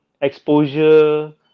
exposure